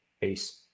Peace